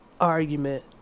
argument